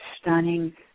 stunning